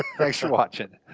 thanks for watching.